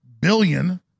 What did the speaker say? billion